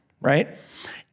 right